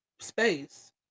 space